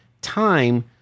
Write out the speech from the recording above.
time